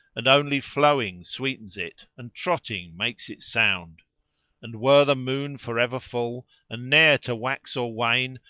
and only flowing sweetens it and trotting makes it sound and were the moon forever full and ne'er to wax or wane,